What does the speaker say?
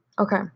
Okay